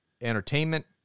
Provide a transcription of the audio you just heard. entertainment